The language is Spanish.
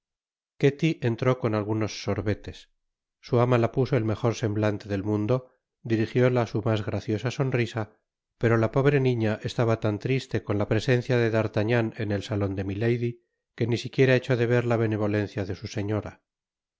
ketty entró con algunos sorbetes su ama la puso el mejor semblante del mundo dirigióla su mas graciosa sonrisa pero la pobre niña estaba tan triste con la presencia de d'artagnan en el salon de milady que ni siquiera echó de ver la benevolencia de su señora